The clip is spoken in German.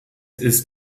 ist